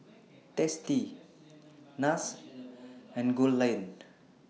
tasty Nars and Goldlion